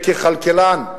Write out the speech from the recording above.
ככלכלן,